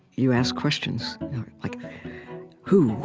you ask questions like who?